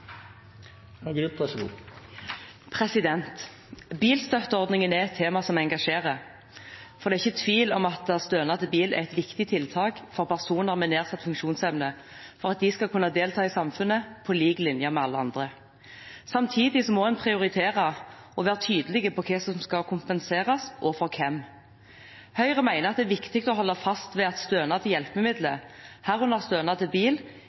ikke tvil om at stønad til bil er et viktig tiltak for personer med nedsatt funksjonsevne, for at de skal kunne delta i samfunnet på lik linje med alle andre. Samtidig må en prioritere og være tydelig på hva som skal kompenseres, og for hvem. Høyre mener at det er viktig å holde fast ved at stønad til hjelpemidler, herunder stønad til bil,